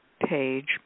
page